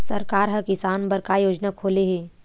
सरकार ह किसान बर का योजना खोले हे?